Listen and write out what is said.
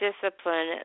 discipline